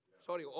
Sorry